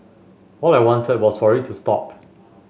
all I wanted was for it to stop